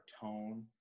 tone